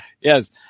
yes